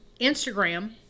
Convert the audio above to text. Instagram